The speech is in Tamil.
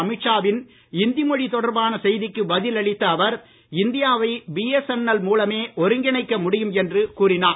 அமீத் ஷாவின் இந்தி மொழி தொடர்பான செய்திக்கு பதில் அளித்த அவர் இந்தியாவை பிஎஸ்என்எல் மூலமே ஒருங்கிணைக்க முடியும் என்று கூறினார்